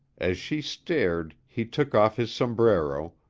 as she stared, he took off his sombrero,